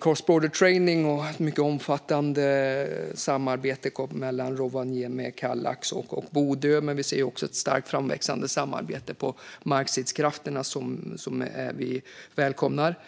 cross-border training och ett mycket omfattande samarbete mellan Rovaniemi, Kallax och Bodö. Vi ser också ett starkt framväxande samarbete när det gäller markstridskrafter, vilket vi välkomnar.